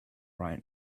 right